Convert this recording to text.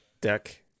deck